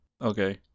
Okay